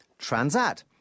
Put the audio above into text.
Transat